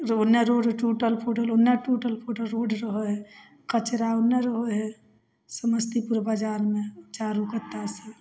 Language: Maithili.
जे ओन्ने रोड टुटल फुटल ओन्ने टुटल फुटल रोड रहै हइ कचरा ओ नहि रहै हइ समस्तीपुर बजारमे चारू कातसँ